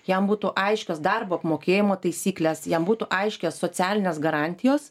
jam būtų aiškios darbo apmokėjimo taisykles jam būtų aiškios socialinės garantijos